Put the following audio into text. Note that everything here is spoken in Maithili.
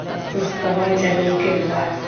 सबकिछु तऽ होइ छै बैँके द्वारा